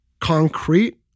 concrete